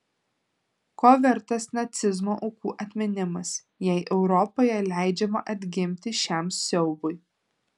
ko vertas nacizmo aukų atminimas jei europoje leidžiama atgimti šiam siaubui